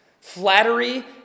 Flattery